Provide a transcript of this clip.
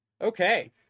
Okay